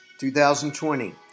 2020